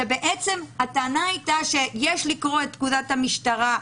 שבעצם הטענה הייתה שיש לקרוא את פקודת המשטרה,